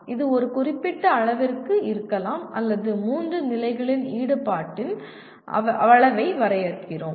இது ஒரு குறிப்பிட்ட அளவிற்கு இருக்கலாம் அல்லது மூன்று நிலைகளில் ஈடுபாட்டின் அளவை வரையறுக்கிறோம்